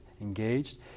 engaged